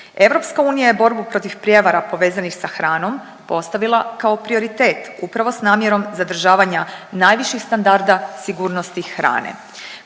EU je borbu protiv prijevara povezanih sa hranom postavila kao prioritet upravo s namjerom zadržavanja najviših standarda sigurnosti hrane.